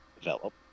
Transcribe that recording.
develop